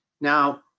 Now